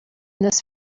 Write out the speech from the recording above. this